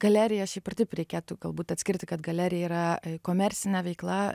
galeriją šiaip ar taip reikėtų galbūt atskirti kad galerija yra komercine veikla